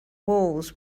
walls